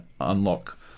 unlock